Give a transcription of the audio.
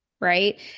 right